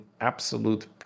absolute